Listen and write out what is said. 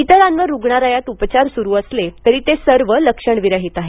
इतरांवर रुग्णालयात उपचार सुरू असले तरी ते सर्व लक्षणविरहित आहेत